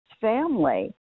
family